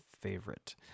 favorite